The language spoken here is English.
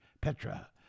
Petra